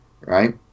Right